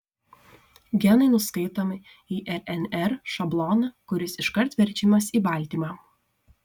genai nuskaitomi į rnr šabloną kuris iškart verčiamas į baltymą